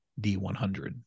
D100